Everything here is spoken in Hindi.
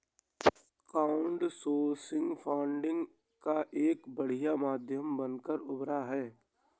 क्राउडसोर्सिंग फंडिंग का एक बढ़िया माध्यम बनकर उभरा है